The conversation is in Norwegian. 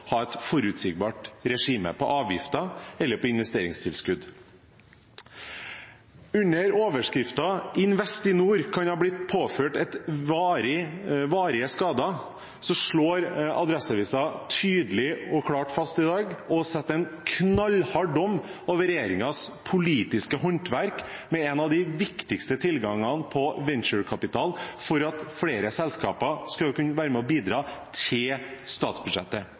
ha et forutsigbart regime for avgifter eller investeringstilskudd. «Investinor kan ha blitt påført varige skader» slår Adresseavisen tydelig og klart fast i dag og feller en knallhard dom over regjeringens politiske håndverk med en av de viktigste tilgangene på venturekapital for at flere selskaper skal kunne være med og bidra til statsbudsjettet.